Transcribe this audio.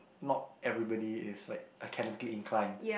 not everybody is like academically inclined